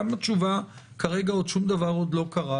גם התשובה כרגע שום דבר עוד לא קרה,